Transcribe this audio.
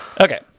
Okay